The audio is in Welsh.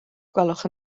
gwelwch